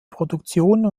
produktionen